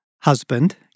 husband